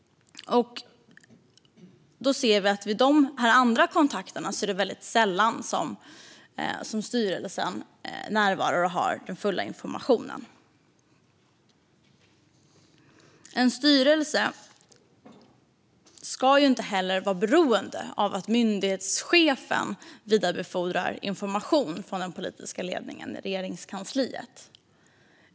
Vi ser att vid dessa andra kontakter är det sällan styrelsen närvarar och har den fulla informationen. En styrelse ska inte heller vara beroende av att myndighetschefen vidarebefordrar information från den politiska ledningen i Regeringskansliet.